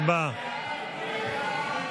הצבעה.